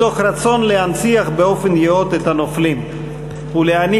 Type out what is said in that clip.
מתוך רצון להנציח באופן נאות את הנופלים ולהעניק